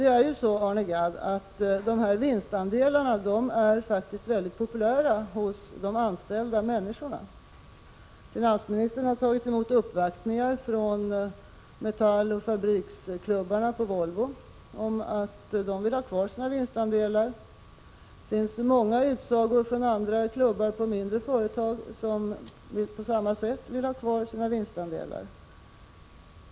Det är ju så, Arne Gadd, att vinstandelarna är mycket populära hos de anställda. Finansministern har tagit emot uppvaktningar från Metalloch Fabriksklubbarna på Volvo som vill ha kvar sina vinstandelar. Det finns många utsagor från andra klubbar på mindre företag som på samma sätt vill ha kvar sina vinstandelar.